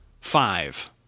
five